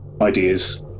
ideas